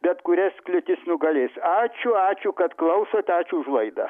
bet kurias kliūtis nugalės ačiū ačiū kad klausot ačiū už laidą